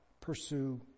Pursue